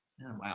Wow